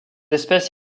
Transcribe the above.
espèce